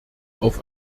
auf